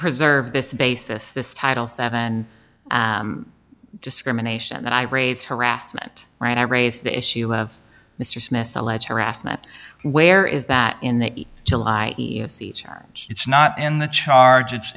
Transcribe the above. preserve this basis this title seven discrimination that i raise harassment right i raise the issue of mr smith's alleged harassment where is that in the till i see charge it's not in the charge